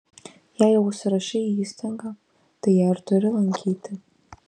jei jau užsirašei į įstaigą tai ją ir turi lankyti